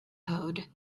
code